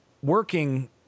Working